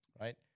Right